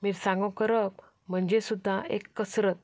मिरसांगो करप म्हणजें सुद्दां एक कसरत